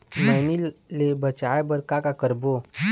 मैनी ले बचाए बर का का करबो?